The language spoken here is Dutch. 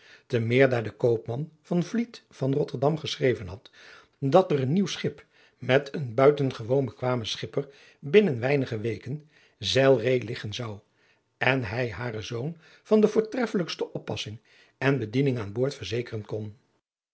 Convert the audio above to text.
te meer daar de koopman van vliet van rotterdam geschreven had dat er een nieuw schip met een buitengewoon bekwamen schipper binnen weinige weken zeilree liggen zou en hij haren zoon van de voortreffelijkste oppassing en bediening aan boord verzekeren kon